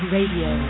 Radio